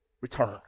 return